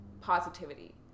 positivity